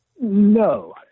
No